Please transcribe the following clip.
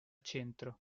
centro